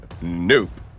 Nope